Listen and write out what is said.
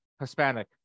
Hispanic